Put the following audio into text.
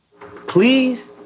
please